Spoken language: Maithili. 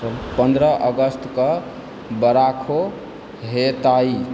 पन्द्रह अगस्तकेँ वर्षो हेतइ